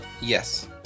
yes